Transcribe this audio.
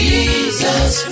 Jesus